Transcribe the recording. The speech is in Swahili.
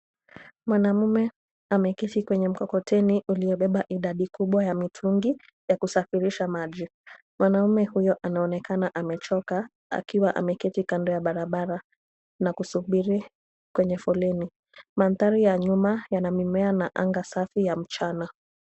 Mwanamume ameketi kwenye mkokoteni uliobeba idadi kubwa ya mitungi, ya kusafirisha maji. Mwanaume huyo anaonekana amechoka, akiwa ameketi kando ya barabara, na kusubiri kwenye foleni. Mandhari ya nyuma, yana mimea na anga safi ya mchana.